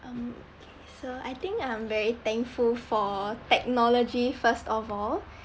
um okay so I think I'm very thankful for technology first of all